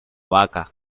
vaca